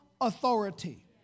authority